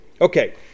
okay